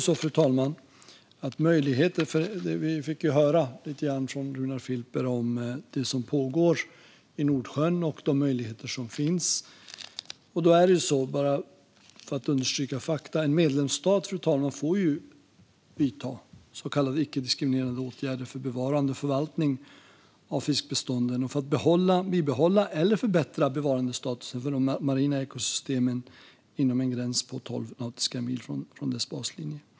Vi fick ju höra lite grann från Runar Filper om det som pågår i Nordsjön och de möjligheter som finns. Bara för att understryka fakta är det ju så, fru talman, att en medlemsstat får vidta så kallade icke-diskriminerande åtgärder för bevarande och förvaltning av fiskbestånden och för att bibehålla eller förbättra bevarandestatusen för de marina ekosystemen inom en gräns på 12 nautiska mil från baslinjen.